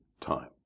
time